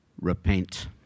repent